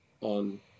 on